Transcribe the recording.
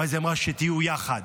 ואז היא אמרה: שתהיו יחד.